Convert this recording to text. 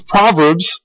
Proverbs